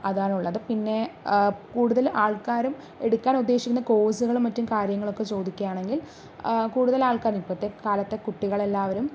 അതാണ് ഉള്ളത് പിന്നെ കൂടുതല് ആള്ക്കാരും എടുക്കാന് ഉദ്ദേശിക്കുന്ന കോഴ്സുകളും മറ്റും കാര്യങ്ങളും ഒക്കെ ചോദിക്കുകയാണെങ്കില് കൂടുതല് ആള്ക്കാരും ഇപ്പോഴത്തെ കാലത്തെ കുട്ടികളെല്ലാവരും